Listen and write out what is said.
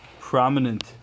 prominent